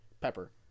pepper